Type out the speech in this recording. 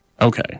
Okay